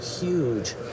huge